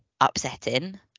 upsetting